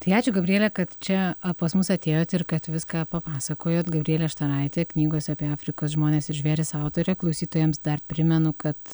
tai ačiū gabriele kad čia pas mus atėjot ir kad viską papasakojot gabrielė štaraitė knygose apie afrikos žmones ir žvėris autorė klausytojams dar primenu kad